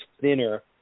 thinner